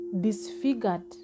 disfigured